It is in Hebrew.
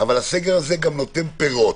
אבל הוא גם נותן פירות.